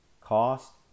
cost